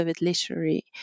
Literary